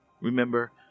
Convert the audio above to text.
Remember